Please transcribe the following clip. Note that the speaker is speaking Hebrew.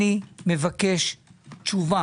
מבקש תשובה